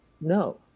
no